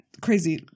crazy